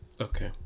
Okay